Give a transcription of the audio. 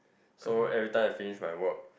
so everytime I finished my work